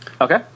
Okay